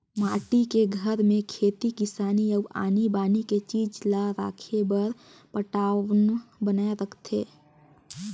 माटी के घर में खेती किसानी अउ आनी बानी के चीज ला राखे बर पटान्व बनाए रथें